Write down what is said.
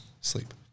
sleep